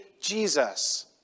Jesus